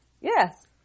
Yes